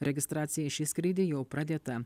registracija į šį skrydį jau pradėta